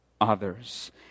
others